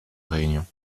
réunion